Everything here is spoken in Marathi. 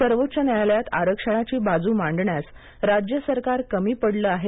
सर्वोच्च न्यायालयात आरक्षणाची बाजू मांडण्यास राज्य सरकार कमी पडलं आहे